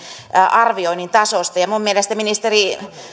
arvioinnin tasosta ja minun mielestäni ministeri